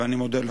אני מודה לכם.